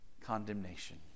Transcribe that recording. condemnation